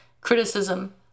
criticism